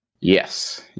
Yes